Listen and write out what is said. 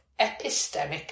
epistemic